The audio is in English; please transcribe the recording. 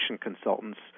consultants